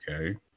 okay